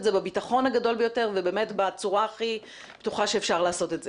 זה בביטחון הגדול ביותר ובאמת בצורה הכי בטוחה שאפשר לעשות את זה,